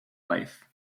life